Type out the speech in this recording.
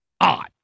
odd